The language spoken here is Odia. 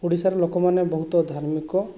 ଓଡ଼ିଶାର ଲୋକମାନେ ବହୁତ ଧାର୍ମିକ